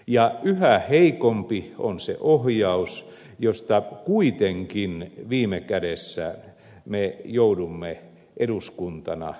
ja yhä heikompi on se ohjaus josta kuitenkin viime kädessä me joudumme eduskuntana vastaamaan